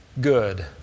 good